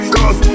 Cause